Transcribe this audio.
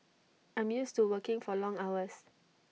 I'm used to working for long hours